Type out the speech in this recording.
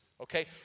Okay